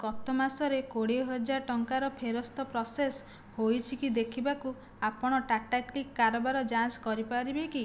ଗତ ମାସରେ କୋଡ଼ିଏ ହଜାର ଟଙ୍କାର ଫେରସ୍ତ ପ୍ରୋସେସ୍ ହୋଇଛି କି ଦେଖିବାକୁ ଆପଣ ଟାଟାକ୍ଲିକ୍ କାରବାର ଯାଞ୍ଚ କରିପାରିବେ କି